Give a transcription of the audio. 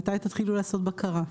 מתי תתחילו לעשות בקרה?